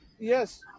Yes